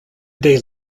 day